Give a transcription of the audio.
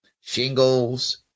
Shingles